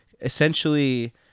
essentially